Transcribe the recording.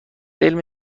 علم